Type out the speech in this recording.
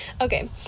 Okay